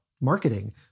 marketing